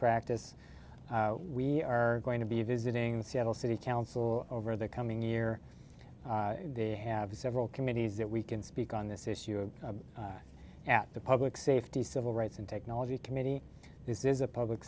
practice we are going to be visiting the seattle city council over the coming year they have several committees that we can speak on this issue of at the public safety civil rights and technology committee this is a public